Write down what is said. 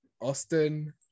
Austin